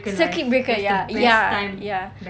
circuit breaker ya ya ya